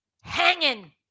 hanging